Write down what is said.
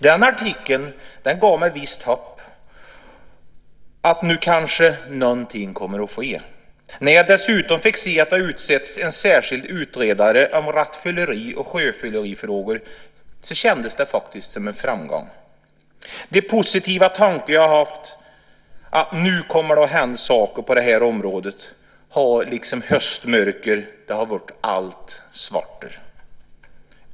Den artikeln gav mig visst hopp om att någonting nu kanske kommer att ske. När jag dessutom fick se att det hade utsetts en särskild utredare om rattfylleri och sjöfyllerifrågor kändes det faktiskt som en framgång. De positiva tankar jag har haft, att nu kommer det att hända saker på det här området, har liksom höstmörker blivit allt svartare.